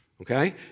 Okay